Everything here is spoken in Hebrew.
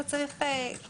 שמופנים לכלי הזה.